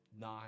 Nine